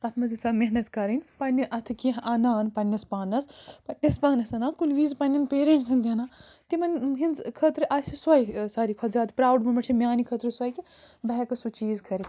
تَتھ منٛز یَژھان محنت کَرٕنۍ پَنٛنہِ اَتھٕ کیٚنٛہہ اَنان پنٛنِس پانَس پَتہٕ پانَس اَنان کُنہِ وِز پنٛنٮ۪ن پیرٮ۪نٛٹسَن تہِ اَنان تِمَن ہِنٛز خٲطرٕ آسہِ سۄے ساروٕے کھۄتہٕ زیادٕ پرٛاوُڈ موٗمٮ۪نٛٹ چھےٚ میٛانہِ خٲطرٕ سۄے کہِ بہٕ ہٮ۪کہٕ سُہ چیٖز کٔرِتھ